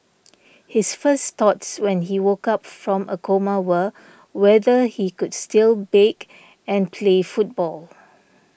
his first thoughts when he woke up from a coma were whether he could still bake and play football